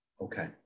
Okay